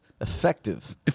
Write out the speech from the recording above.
effective